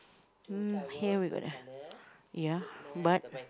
mm here we got ah ya but